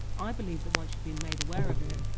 i believe that once you've been made aware of it,